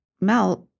melt